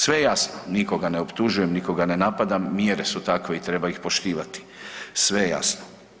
Sve je jasno nikoga ne optužujem, nikoga ne napadam, mjere su takve i treba ih poštivati, sve je jasno.